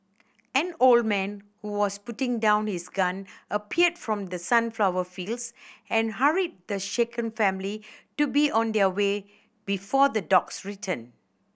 an old man who was putting down his gun appeared from the sunflower fields and hurried the shaken family to be on their way before the dogs return